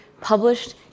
published